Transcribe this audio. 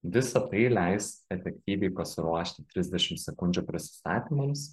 visa tai leis efektyviai pasiruošti trisdešim sekundžių prisistatymams